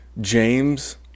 James